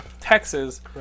Texas